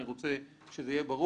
אני רוצה שזה יהיה ברור.